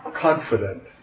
confident